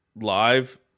live